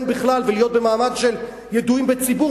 בכלל ולהיות במעמד של ידועים בציבור,